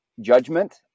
judgment